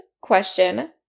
question